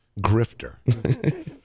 grifter